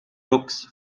brook